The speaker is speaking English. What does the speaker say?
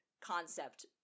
concept